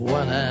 one